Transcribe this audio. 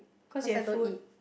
cause I don't eat